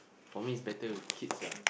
for me it's better with kids